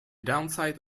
downside